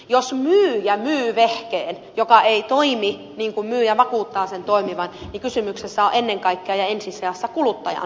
jos myyjä myy vehkeen joka ei toimi niin kuin myyjä vakuuttaa sen toimivan niin kysymyksessä on ennen kaikkea ja ensi sijassa kuluttajansuoja asia